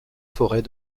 forêt